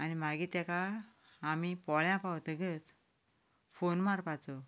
आनी मागीर ताका आमी पोळ्यां पावतकच फोन मारपाचो